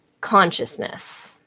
consciousness